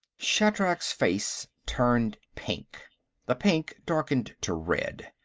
shatrak's face turned pink the pink darkened to red.